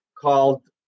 called